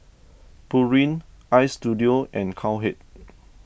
Pureen Istudio and Cowhead